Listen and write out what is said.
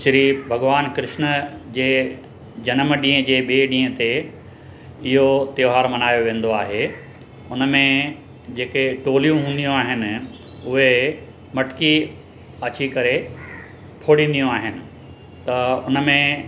श्री भॻवानु कृष्ण जे जनमु ॾींहं जे ॿिए ॾींहं ते इहो त्योहारु मल्हायो वेंदो आहे हुन में जेके टोलियूं हूंदियूं आहिनि उहे मटिकी अची करे फोड़िंदियूं आहिनि त उन में